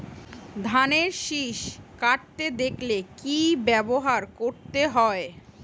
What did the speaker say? ধানের শিষ কাটতে দেখালে কি ব্যবহার করতে হয়?